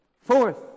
Fourth